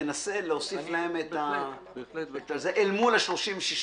תנסה להוסיף אל מול 35,